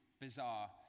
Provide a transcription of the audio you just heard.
bizarre